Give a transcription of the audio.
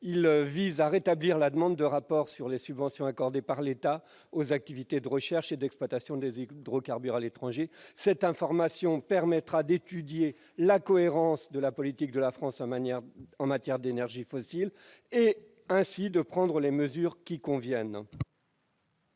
Il vise à rétablir la demande de rapport sur les subventions accordées par l'État aux activités de recherche et d'exploitation des hydrocarbures à l'étranger. Ce rapport permettra d'étudier la cohérence de la politique de la France en matière d'énergies fossiles et de prendre les mesures qui conviennent.